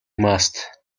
must